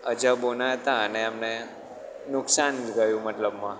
અજબોના હતા ને એમને નુકસાન ગયું મતલબમાં